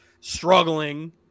struggling